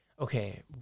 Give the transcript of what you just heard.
Okay